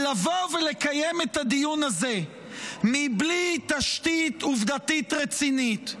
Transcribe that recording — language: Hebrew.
אבל לבוא ולקיים את הדיון הזה בלי תשתית עובדתית רצינית,